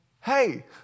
Hey